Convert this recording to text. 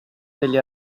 degli